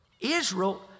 Israel